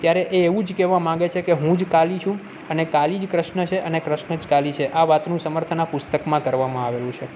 ત્યારે એ એવું જ કહેવા માંગે છે કે હું જ કાલી છું અને કાલી જ ક્રષ્ન છે અને ક્રષ્ન જ કાલી છે આ વાતનું સમર્થન આ પુસ્તકમાં કરવામાં આવેલું છે